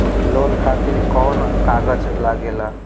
Loan खातिर कौन कागज लागेला?